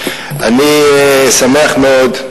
אני שמח מאוד,